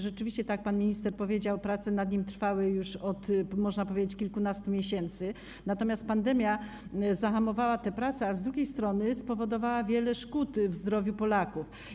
Rzeczywiście, tak jak pan minister powiedział, prace nad nim trwały już od, można powiedzieć, kilkunastu miesięcy, natomiast pandemia zahamowała te prace, a z drugiej strony spowodowała wiele szkód w zdrowiu Polaków.